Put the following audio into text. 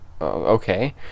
okay